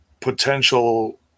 potential